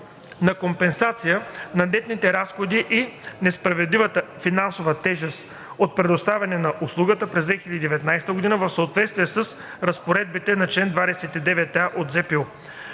на компенсация на нетните разходи и несправедливата финансова тежест от предоставяне на услугата през 2019 г. в съответствие с разпоредбата на чл. 29а от ЗПУ.